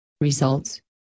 results